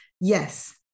Yes